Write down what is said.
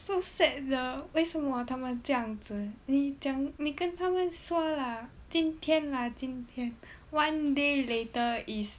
so sad 的为什么他们这样子你讲你跟他们说了今天啦今天 one day later is